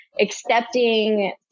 accepting